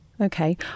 Okay